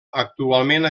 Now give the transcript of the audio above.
actualment